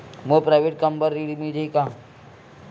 मोर private कम बर ऋण मिल जाही का?